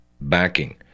backing